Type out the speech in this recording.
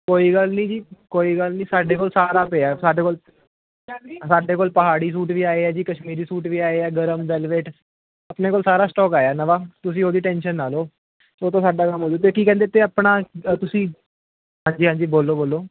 ਕੋਈ ਗੱਲ ਨਹੀਂ ਜੀ ਕੋਈ ਗੱਲ ਨਹੀਂ ਸਾਡੇ ਕੋਲ਼ ਸਾਰਾ ਪਿਆ ਸਾਡੇ ਕੋਲ਼ ਸਾਡੇ ਕੋਲ ਪਹਾੜੀ ਸੂਟ ਵੀ ਆਏ ਹੈ ਜੀ ਕਸ਼ਮੀਰੀ ਸੂਟ ਵੀ ਆਏ ਹੈ ਗਰਮ ਵੈਲਵੇਟ ਆਪਣੇ ਕੋਲ਼ ਸਾਰਾ ਸਟੋਕ ਆਇਆ ਨਵਾਂ ਤੁਸੀਂ ਉਹਦੀ ਟੈਨਸ਼ਨ ਨਾ ਲਓ ਉਹ ਅਤੇ ਸਾਡਾ ਕੰਮ ਹੈ ਕੀ ਕਹਿੰਦੇ ਆਪਣਾ ਤੁਸੀਂ ਹਾਂਜੀ ਹਾਂਜੀ ਬੋਲੋ ਬੋਲੋ